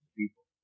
people